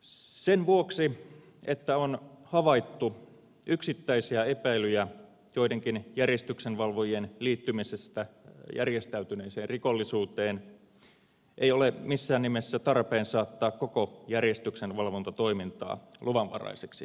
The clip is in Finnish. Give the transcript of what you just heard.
sen vuoksi että on havaittu yksittäisiä epäilyjä joidenkin järjestyksenvalvojien liittymisestä järjestäytyneeseen rikollisuuteen ei ole missään nimessä tarpeen saattaa koko järjestyksenvalvontatoimintaa luvanvaraiseksi